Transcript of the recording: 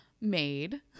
made